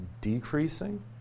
decreasing